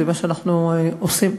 זה מה שאנחנו עושים.